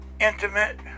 intimate